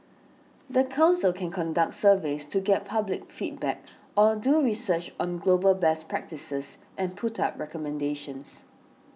the council can conduct surveys to get public feedback or do research on global best practices and put up recommendations